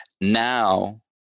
now